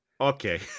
Okay